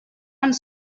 ens